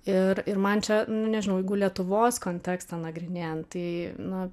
ir ir man čia nu nežinau jeigu lietuvos kontekstą nagrinėjant tai na